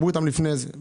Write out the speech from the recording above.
דיברו איתם לפני זה.